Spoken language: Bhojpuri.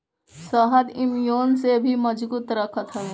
शहद इम्यून के भी मजबूत रखत हवे